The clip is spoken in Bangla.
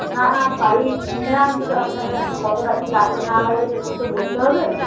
না পাইপ কিনে আনতে হবে আপনাকে এখন কতটা কি লাগবে না লাগবে সেরকম তো বলতে হবে